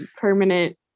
permanent